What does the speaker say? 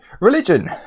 Religion